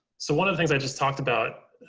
so one of the things i just talked about,